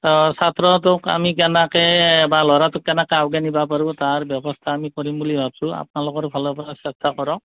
আ ছাত্ৰটোক আমি কেনেকৈ বা ল'ৰাটোক কেনেকৈ আগুৱাই নিবা পাৰোঁ তাৰ ব্যৱস্থা আমি কৰিম বুলি ভাবিছোঁঁ আপোনালোকৰ ফালৰ পৰা চেষ্টা কৰক